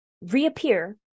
reappear